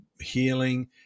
healing